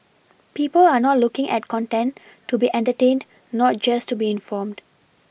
people are not looking at content to be entertained not just to be informed